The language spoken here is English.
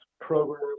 program